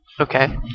Okay